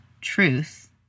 truth